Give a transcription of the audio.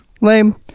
lame